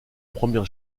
première